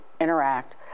Interact